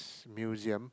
is museum